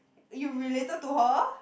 and you related to her